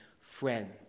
friend